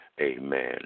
Amen